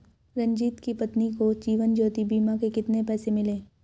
रंजित की पत्नी को जीवन ज्योति बीमा के कितने पैसे मिले?